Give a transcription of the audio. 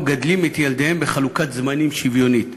ומגדלים את ילדיהם בחלוקת זמנים שוויונית.